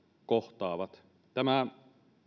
kohtaavat tämä